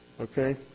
Okay